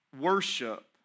worship